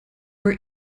were